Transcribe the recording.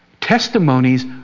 Testimonies